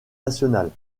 nationales